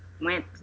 went